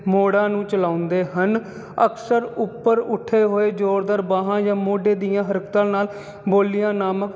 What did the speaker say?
ਮੋੜਾਂ ਨੂੰ ਚਲਾਉਂਦੇ ਹਨ ਅਕਸਰ ਉੱਪਰ ਉੱਠੇ ਹੋਏ ਜ਼ੋਰਦਾਰ ਬਾਹਾਂ ਜਾਂ ਮੋਢੇ ਦੀਆਂ ਹਰਕਤਾਂ ਨਾਲ ਬੋਲੀਆਂ ਨਾਮਕ